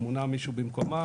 מונה מישהו במקומם,